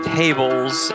tables